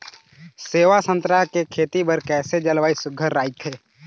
सेवा संतरा के खेती बर कइसे जलवायु सुघ्घर राईथे?